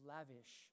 Lavish